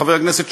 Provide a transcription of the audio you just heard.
חבר הכנסת,